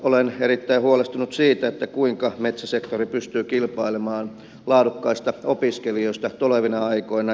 olen erittäin huolestunut siitä kuinka metsäsektori pystyy kilpailemaan laadukkaista opiskelijoista tulevina aikoina